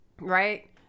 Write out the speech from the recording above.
right